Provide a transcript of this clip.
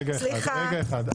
רגע אחד.